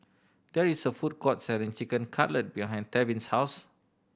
there is a food court selling Chicken Cutlet behind Tevin's house